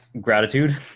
gratitude